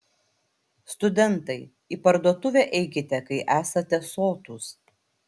studentai į parduotuvę eikite kai esate sotūs